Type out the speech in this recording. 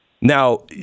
Now